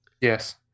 Yes